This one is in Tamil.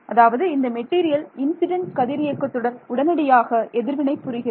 அதாவது இந்த மெட்டீரியல் இன்சிடென்ட் கதிர் இயக்கத்துடன் உடனடியாக எதிர்வினை புரிகிறது